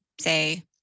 say